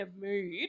mood